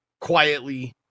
quietly